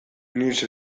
inoiz